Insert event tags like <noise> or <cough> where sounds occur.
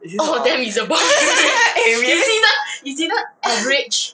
is it hor what <laughs> eh maybe